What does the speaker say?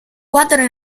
guardano